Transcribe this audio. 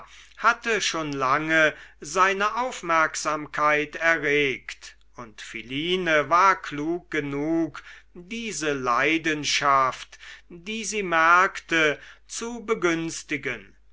hatte schon lange seine aufmerksamkeit erregt und philine war klug genug diese leidenschaft die sie merkte zu begünstigen